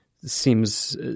seems –